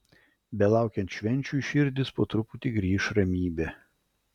belaukiant švenčių į širdis po truputį grįš ramybė